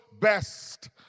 best